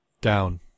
down